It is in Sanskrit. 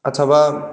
अथवा